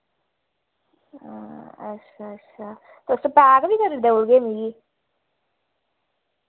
हां अच्छा अच्छा तुस पैक बी करी देऊड़गे मिगी